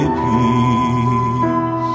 peace